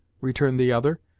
returned the other,